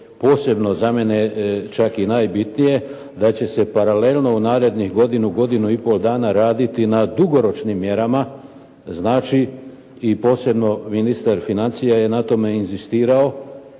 posebno za mene čak i najbitnije, da će se paralelno u narednih godinu, godinu i pol dana raditi na dugoročnim mjerama. Znači i posebno ministar financija je na tome inzistirao,